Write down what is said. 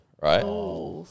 right